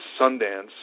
Sundance